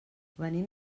venim